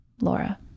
Laura